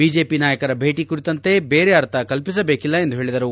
BJP ನಾಯಕರ ಬೇಟಿ ಕುರಿತಂತೆ ಬೇರೆ ಅರ್ಥ ಕಲ್ಪಿಸಬೇಕಿಲ್ಲ ಎಂದು ಹೇಳಿದರು